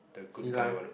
see lah